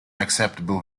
acceptable